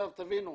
תבינו,